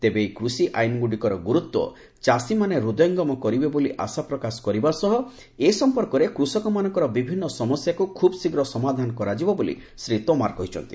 ତେବେ ଏହି କୃଷି ଆଇନ୍ଗୁଡ଼ିକର ଗୁରୁତ୍ୱ ଚାଷୀମାନେ ହୃଦୟଙ୍ଗମ କରିବେ ବୋଲି ଆଶା ପ୍ରକାଶ କରିବା ସହ ଏ ସମ୍ପର୍କରେ କୃଷକମାନଙ୍କର ବିଭିନ୍ନ ସମସ୍ୟାକୁ ଖୁବ୍ ଶୀଘ୍ର ସମାଧାନ କରାଯିବ ବୋଲି ଶ୍ରୀ ତୋମାର କହିଚ୍ଛନ୍ତି